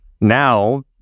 now